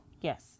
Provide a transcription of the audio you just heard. Yes